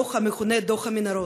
דוח המכונה דוח המנהרות,